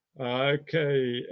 Okay